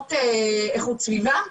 מגמות איכות סביבה?